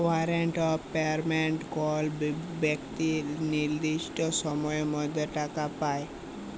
warrant of payment কল বেক্তি লির্দিষ্ট সময়ের মধ্যে টাকা পায়